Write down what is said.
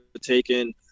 taken